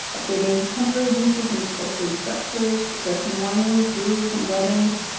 updating temporary uses and accessory structures, addressing wineries, breweries and weddings,